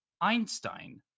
Einstein